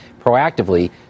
proactively